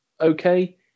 okay